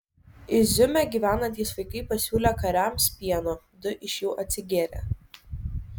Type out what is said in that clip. iziume gyvenantys vaikai pasiūlė kariams pieno du iš jų atsigėrė